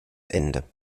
ende